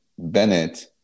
Bennett